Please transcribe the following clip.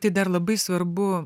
man tai dar labai svarbu